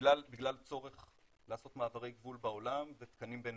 בגלל צורך לעשות מעברי גבול בעולם ותקנים בינלאומיים,